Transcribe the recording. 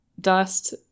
Dust